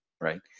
right